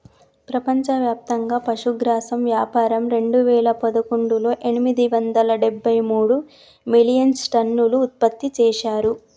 ప్రపంచవ్యాప్తంగా పశుగ్రాసం వ్యాపారం రెండువేల పదకొండులో ఎనిమిది వందల డెబ్బై మూడు మిలియన్టన్నులు ఉత్పత్తి చేశారు